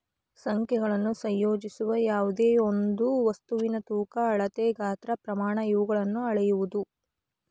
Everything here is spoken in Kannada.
ಸಂಖ್ಯೆಗಳನ್ನು ಸಂಯೋಜಿಸುವ ಯಾವ್ದೆಯೊಂದು ವಸ್ತುವಿನ ತೂಕ ಅಳತೆ ಗಾತ್ರ ಪ್ರಮಾಣ ಇವುಗಳನ್ನು ಅಳೆಯುವುದು